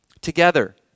Together